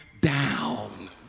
down